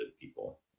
people